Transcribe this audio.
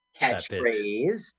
catchphrase